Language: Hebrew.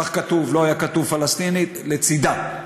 כך כתוב, לא היה כתוב פלסטינית, לצידה.